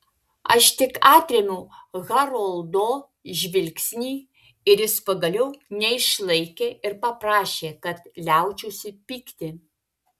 aš tik atrėmiau haroldo žvilgsnį ir jis pagaliau neišlaikė ir paprašė kad liaučiausi pykti